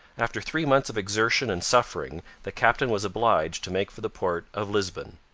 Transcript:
after three months of exertion and suffering the captain was obliged to make for the port of lisbon.